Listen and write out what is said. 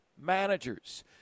managers